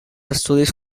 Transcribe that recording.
estudis